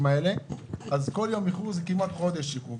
האלה אז כל יום איחור זה כמעט חודש עיכוב.